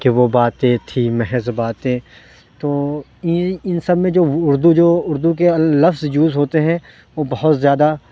کہ وہ باتیں تھی محض باتیں تو ان سب میں جو اردو جو اردو کے لفظ یوز ہوتے ہیں وہ بہت زیادہ